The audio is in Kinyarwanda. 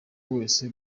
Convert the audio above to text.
wese